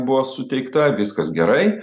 buvo suteikta viskas gerai